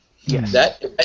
Yes